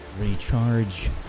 recharge